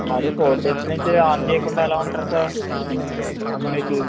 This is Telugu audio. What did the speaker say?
మరి ఫోర్ డేస్ నుంచి ఆన్ చేయకుండా ఎలా ఉంటారు సార్